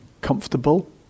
comfortable